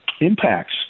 impacts